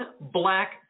black